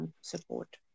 support